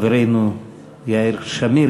חברנו יאיר שמיר,